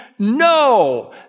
No